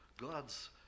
God's